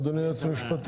אדוני היועץ המשפטי,